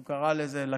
הוא קרא כך לכנסת.